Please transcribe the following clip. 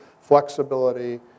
flexibility